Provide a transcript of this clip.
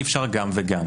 אי אפשר גם וגם.